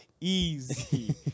Easy